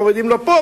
מורידים לו פה,